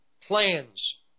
plans